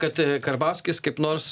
kad karbauskis kaip nors